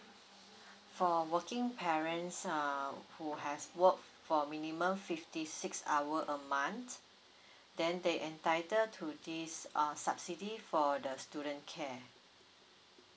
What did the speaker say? for working parents err who have worked for minimum fifty six hour a month then they entitled to this uh subsidy for the student care